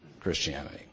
Christianity